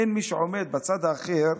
אין מי שעומד בצד האחר,